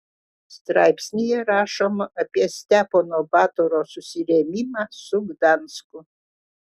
straipsnyje rašoma apie stepono batoro susirėmimą su gdansku